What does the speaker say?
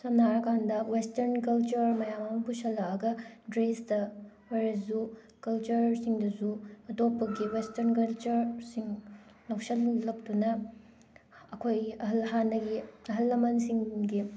ꯁꯝꯅ ꯍꯥꯏꯔꯀꯥꯟꯗ western culture ꯃꯌꯥꯝ ꯑꯃ ꯄꯨꯁꯜꯂꯛꯑꯒ ꯗ꯭ꯔꯦꯁꯇ ꯑꯣꯏꯔꯁꯨ ꯀꯜꯆꯔꯁꯤꯡꯗꯁꯨ ꯑꯇꯣꯞꯄꯒꯤ ꯋꯦꯁꯇ꯭ꯔꯟ ꯀꯜꯆꯔꯁꯤꯡ ꯂꯧꯁꯜꯂꯛꯇꯨꯅ ꯑꯩꯈꯣꯏꯒꯤ ꯑꯍꯜ ꯍꯥꯟꯅꯒꯤ ꯑꯍꯜ ꯂꯃꯟꯁꯤꯡꯒꯤ